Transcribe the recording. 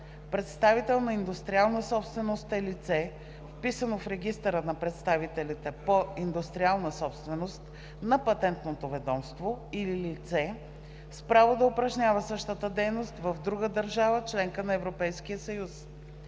„Представител по индустриална собственост“ е лице, вписано в регистъра на представителите по индустриална собственост на Патентното ведомство, или лице с право да упражнява същата дейност в друга държава – членка на Европейския съюз.